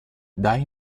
dai